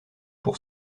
pour